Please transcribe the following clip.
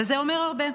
וזה אומר הרבה.